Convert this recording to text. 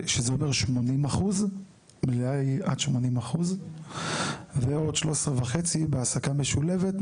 שזה אומר 80%. מלאה היא עד 80%. ועוד 13,500 בהעסקה משולבת,